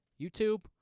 YouTube